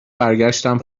برگشتم